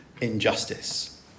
injustice